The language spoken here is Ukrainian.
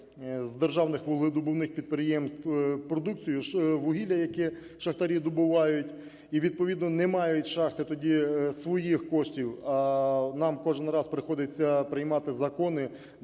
з державних вугледобувних підприємств продукцію, вугілля, яке шахтарі добувають, і, відповідно, не мають шахти тоді своїх коштів, а нам кожен раз приходиться приймати закони,